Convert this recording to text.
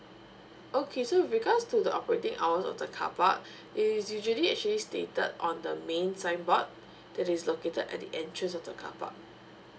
okay so with regards to the operating hours of the car park it's usually actually stated on the main signboard that is located at the entrance of the carpark